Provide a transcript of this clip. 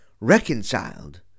reconciled